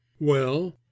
Well